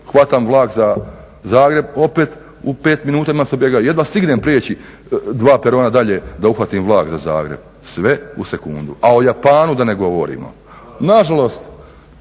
hvatam vlak za Zagreb, opet u 5 minuta …/Govornik se ne razumije./…. Jedva stignem priječi dva perona dalje da uhvatim vlak za Zagreb. Sve u sekundu. A o Japanu da ne govorimo. Nažalost